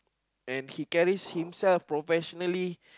and he carries himself professionally